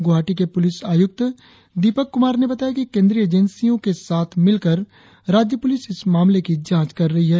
गुवाहाटी के पुलिस आयुक्त दीपक कुमार ने बताया कि केंद्रीय एजेंसियों के साथ मिलकर राज्य प्रलिस इस मामले की जांच कर रही है